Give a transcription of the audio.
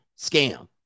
scam